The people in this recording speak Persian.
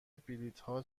بلیتها